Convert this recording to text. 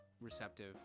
receptive